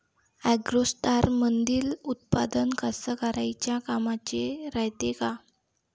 ॲग्रोस्टारमंदील उत्पादन कास्तकाराइच्या कामाचे रायते का?